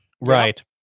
Right